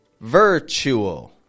Virtual